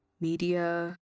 media